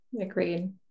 Agreed